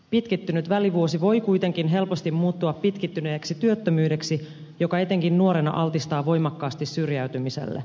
pitkittynyt välivuosi voi kuitenkin helposti muuttua pitkittyneeksi työttömyydeksi joka etenkin nuorena altistaa voimakkaasti syrjäytymiselle